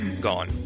gone